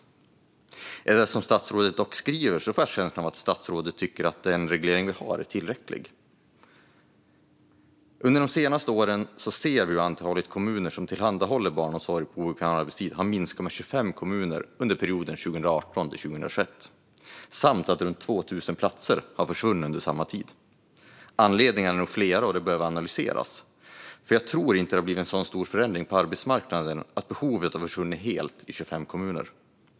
Utifrån statsrådets svar får jag dock känslan att statsrådet tycker att den reglering vi har är tillräcklig. Under de senaste åren har vi sett hur antalet kommuner som tillhandahåller barnomsorg på obekväm arbetstid har minskat med 25 kommuner under perioden 2018-2021 samt att runt 2 000 platser har försvunnit under samma tid. Anledningarna är nog flera. Detta behöver analyseras, för jag tror inte att det har blivit en så stor förändring på arbetsmarknaden att behovet har försvunnit helt i 25 kommuner.